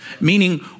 Meaning